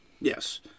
Yes